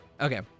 Okay